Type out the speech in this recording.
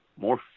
more